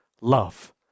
love